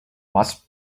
must